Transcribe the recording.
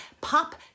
Pop